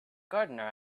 gardener